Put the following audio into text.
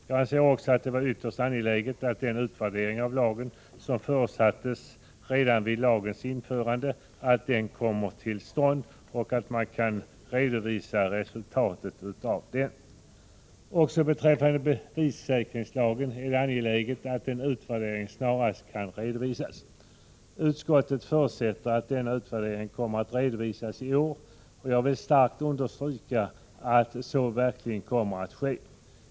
Vi anser också att det är ytterst angeläget att den utvärdering av lagen som förutsattes redan vid lagens införande kommer till stånd och att resultat kan redovisas. Också beträffande bevissäkringslagen är det angeläget att en utvärdering snarast kan redovisas. Utskottet förutsätter att denna utvärdering kommer att redovisas i år. Jag vill starkt understryka angelägenheten av att så verkligen kommer att ske.